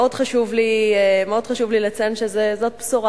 מאוד חשוב לי לציין שזאת בשורה.